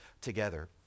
together